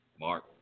Mark